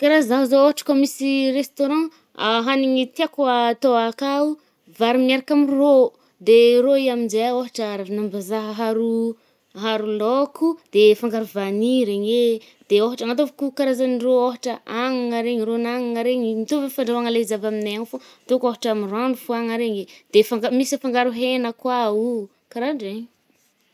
Kà raha zah zao ôhatra kô misy restaurant, hanigny tiàko atô akao, vary miaraka amy rô. De rô i aminjeo ôhatra ron’ambazaha aharo oh, aharo lôko, de fanagaro vanille regny eh, de ôhatra agnatôvoko karazan-drô, ôhatra anagna regny, rôn’anagna regny mitôva amy fandraoàgna le izy amignay agny fô, atôko ôhatra amy rano foagna regny i, de fangaro-misy afangaro hegna koào karandregny.